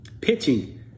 Pitching